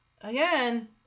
again